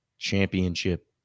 championship